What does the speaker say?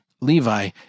Levi